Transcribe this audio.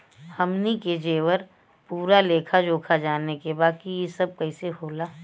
हमनी के जेकर पूरा लेखा जोखा जाने के बा की ई सब कैसे होला?